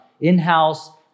in-house